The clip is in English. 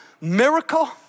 miracle